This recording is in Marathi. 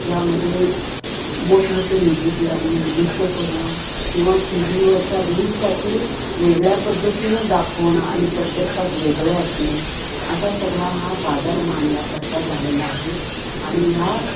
यामध्ये मोठमोठे म्युझिक लावून नृत्य करणं किंवा टी व्हीवरच्या रीलसाठी वेगळ्या पद्धतीनं दाखवणं आणि प्रत्यक्षात वेगळे असणे असा सगळा हा बाजार मांडल्यासारखा झालेला आहे आणि ह्या